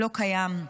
לא קיים.